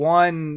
one